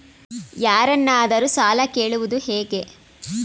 ಯಾರನ್ನಾದರೂ ಸಾಲ ಕೇಳುವುದು ಹೇಗೆ?